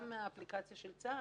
גם מהאפליקציה של צה"ל,